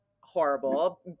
horrible